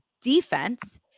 defense